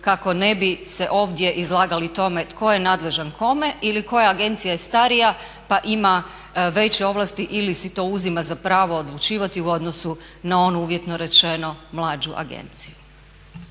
kako ne bi se ovdje izlagali tome tko je nadležan kome ili koja agencija je starija pa ima veće ovlasti ili si to uzima za pravo odlučivati u odnosu na onu uvjetno rečeno mlađu agenciju.